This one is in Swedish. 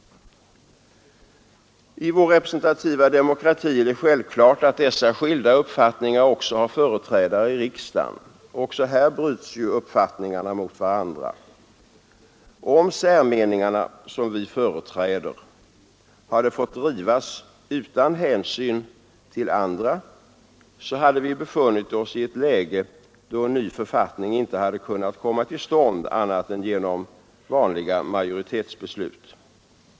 I vår representativa demokrati är det självklart att dessa skilda uppfattningar också har företrädare i riksdagen. Också här bryts ju uppfattningarna mot varandra. Om särmeningarna, som vi företräder, hade fått drivas utan hänsyn till andra hade vi befunnit oss i ett läge då en ny författning inte hade kunnat komma till stånd annat än genom vanliga majoritetsbeslut.